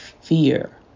fear